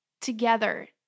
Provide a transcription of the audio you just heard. together